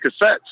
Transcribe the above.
cassettes